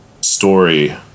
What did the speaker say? story